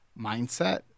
mindset